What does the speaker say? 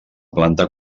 planta